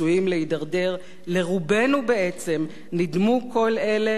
לרובנו בעצם נדמו כל אלה כהתפרצויות